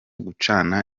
gucana